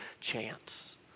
chance